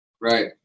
Right